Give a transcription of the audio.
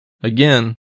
Again